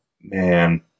Man